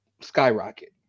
skyrocket